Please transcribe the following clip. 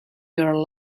your